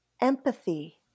empathy